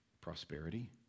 prosperity